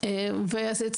מי זה עשינו?